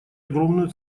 огромную